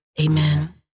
Amen